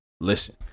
Listen